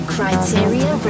Criteria